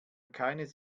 keines